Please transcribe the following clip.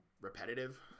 repetitive